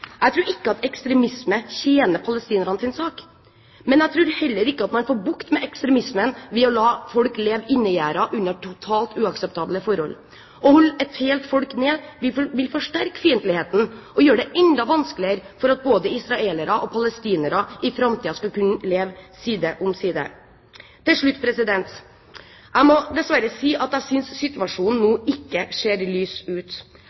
jeg tror ikke ekstremisme tjener palestinernes sak, men jeg tror heller ikke at man får bukt med ekstremismen ved å la folk leve inngjerdet under totalt uakseptable forhold. Å holde et helt folk nede vil forsterke fiendtligheten og gjøre det enda vanskeligere for både israelere og palestinere i framtiden å kunne leve side om side. Jeg må dessverre si at jeg ikke synes situasjonen nå ser lys ut.